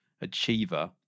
achiever